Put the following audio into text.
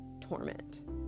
torment